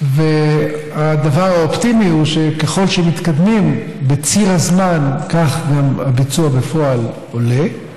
הדבר האופטימי הוא שככל שמתקדמים בציר הזמן כך גם הביצוע בפועל עולה,